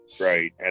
right